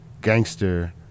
gangster